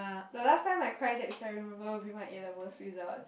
but last time I cry that which I remember would be my A-levels result